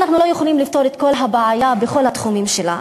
אנחנו לא יכולים לפתור את כל הבעיה בכל התחומים שלה,